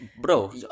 bro